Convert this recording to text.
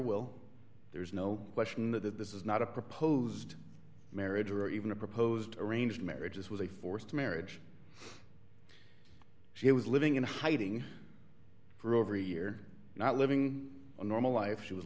will there is no question that this is not a proposed marriage or even a proposed arranged marriages with a forced marriage she was living in hiding for over a year not living a normal life she was